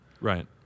Right